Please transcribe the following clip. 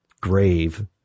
grave